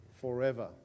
forever